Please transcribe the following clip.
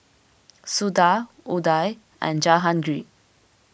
Suda Udai and Jahangir